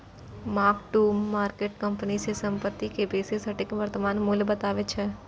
mark to market company के संपत्ति के बेसी सटीक वर्तमान मूल्य बतबै छै